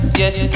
yes